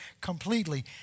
completely